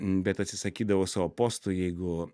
bet atsisakydavau savo postų jeigu